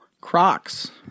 Crocs